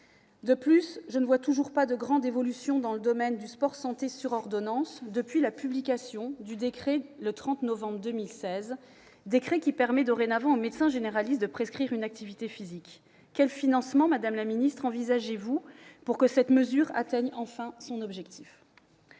De plus, je ne vois toujours pas de grande évolution dans le domaine du sport-santé sur ordonnance depuis la publication du décret du 30 novembre 2016, qui permet aux médecins généralistes de prescrire une activité physique. Madame la ministre, quels financements envisagez-vous pour que cette mesure atteigne enfin son objectif ?